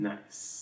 Nice